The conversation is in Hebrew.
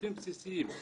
שירותים בסיסיים.